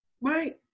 Right